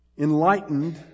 Enlightened